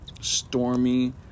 stormy